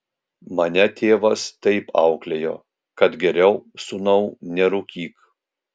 mane tėvas taip auklėjo kad geriau sūnau nerūkyk